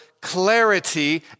clarity